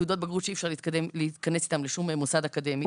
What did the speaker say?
תעודות בגרות שאי אפשר להיכנס איתן לשום מוסד אקדמי.